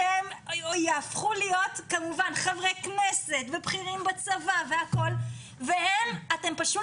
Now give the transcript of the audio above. שיהפכו להיות חברי כנסת ובכירים בצבא ואתם פשוט